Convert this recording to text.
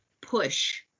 push